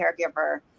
caregiver